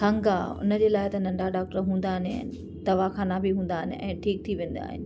खंघि आहे उन जे लाइ त नंढा डॉक्टर हूंदा आहिनि दवाख़ाना बि हूंदा आहिनि ऐं ठीक थी वेंदा आहिनि